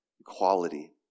equality